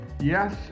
Yes